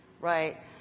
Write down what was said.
right